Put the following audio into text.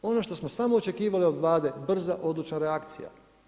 Ono što smo samo očekivali od Vlade, brza odlučna reakcija.